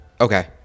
Okay